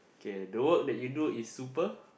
okay the work that you do is super